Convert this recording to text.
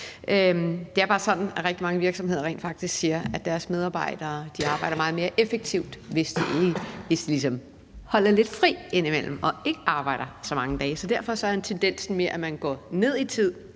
Det er bare sådan, at rigtig mange virksomheder rent faktisk siger, at deres medarbejdere arbejder meget mere effektivt, hvis de holder lidt fri indimellem og ikke arbejder så mange dage. Så derfor er tendensen mere, at man går ned i tid,